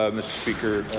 ah mr. speaker.